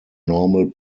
normal